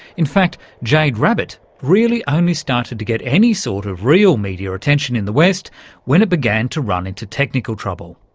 in fact, jade rabbit really only started to get any sort of real media attention in the west when it began to run into technical trouble.